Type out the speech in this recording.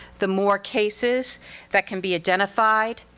the more cases that can be identified,